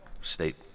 state